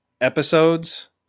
episodes